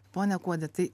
pone kuodi tai